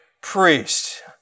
priest